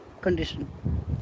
condition